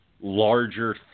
larger